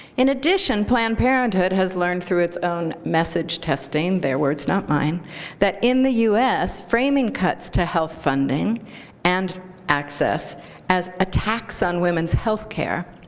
in addition, planned parenthood has learned through its own message testing their words, not mine that in the us, framing cuts to health funding and access as a tax on women's health care,